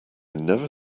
never